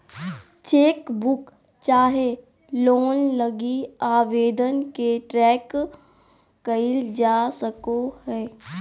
chequebook चाहे loan लगी आवेदन के ट्रैक क़इल जा सको हइ